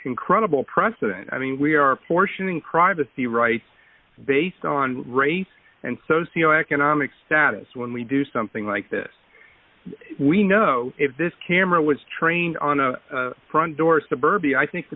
incredible president i mean we are portioning privacy rights based on race and socioeconomic status when we do something like this we know if this camera was trained on a front door suburbia i think the